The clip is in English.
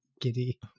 giddy